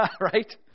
Right